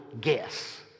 guess